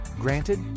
Granted